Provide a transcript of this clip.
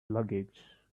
luggage